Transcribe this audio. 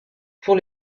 pour